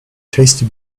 tasty